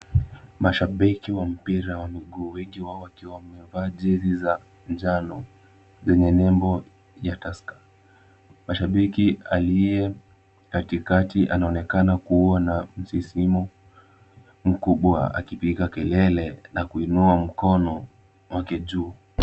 Mashabiki wa mpira wa miguu, wengi wao wakiwa wamejaa jezi za njano. Zenye nembo ya Tusker, mashabiki aliye katikati anaonekana kuua na msisimo mkubwa akipiga kelele na kuinua mkono wake juu.